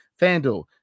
FanDuel